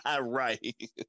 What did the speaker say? Right